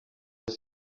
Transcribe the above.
dass